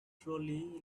trolley